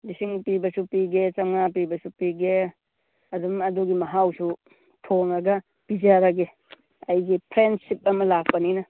ꯂꯤꯁꯤꯡ ꯄꯤꯕꯁꯨ ꯄꯤꯒꯦ ꯆꯥꯝꯃꯉꯥ ꯄꯤꯕꯁꯨ ꯄꯤꯒꯦ ꯑꯗꯨꯝ ꯑꯗꯨꯒꯤ ꯃꯍꯥꯎꯁꯨ ꯊꯣꯡꯂꯒ ꯄꯤꯖꯔꯒꯦ ꯑꯩꯒꯤ ꯐ꯭ꯔꯦꯟꯁꯤꯞ ꯑꯃ ꯂꯥꯛꯄꯅꯤꯅ